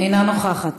אינה נוכחת,